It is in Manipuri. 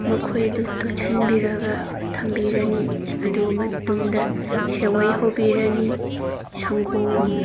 ꯃꯈꯣꯏ ꯑꯗꯣ ꯇꯣꯠꯁꯟꯕꯤꯔꯒ ꯊꯝꯕꯤꯔꯅꯤ ꯑꯗꯨ ꯃꯇꯨꯡꯗ ꯁꯦꯋꯩ ꯍꯧꯕꯤꯔꯅꯤ ꯁꯪꯒꯣꯝ